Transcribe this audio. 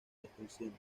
restricciones